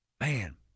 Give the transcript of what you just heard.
man